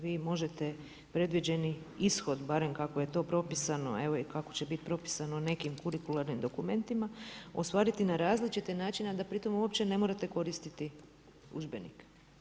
Vi možete predviđeni ishod, barem kako je to propisano, evo i kako će biti propisano nekim kurikularnim dokumentima ostvariti na različite načine, a da pri tome uopće ne morate koristiti udžbenik.